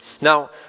Now